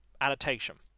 Annotation